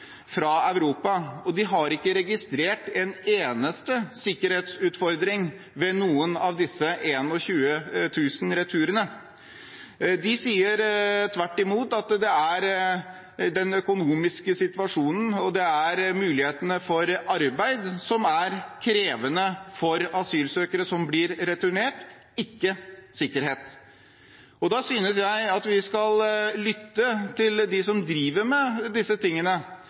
fra Europa, og at de ikke har registrert en eneste sikkerhetsutfordring ved noen av disse 21 000 returene. De sier tvert imot at det er den økonomiske situasjonen og mulighetene for arbeid som er krevende for asylsøkere som blir returnert, ikke sikkerhet. Da synes jeg vi skal lytte til dem som driver med disse tingene,